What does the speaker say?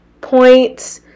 points